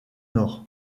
nord